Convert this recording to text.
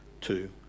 two